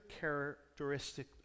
characteristic